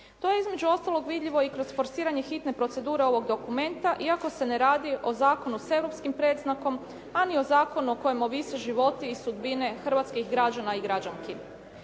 To je između ostalog vidljivo i kroz forsiranje hitne procedure ovog dokumenta, iako se ne radi o zakonu s europskim predznakom, a ni o zakonu o kojem ovise životi i sudbine hrvatskih građana i građanki.